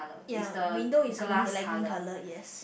ya window is green light green colour yes